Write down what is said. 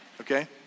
Okay